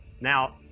Now